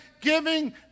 giving